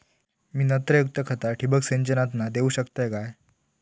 मी नत्रयुक्त खता ठिबक सिंचनातना देऊ शकतय काय?